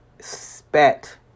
Spat